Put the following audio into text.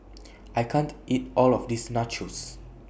I can't eat All of This Nachos